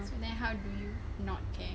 and then how do you not care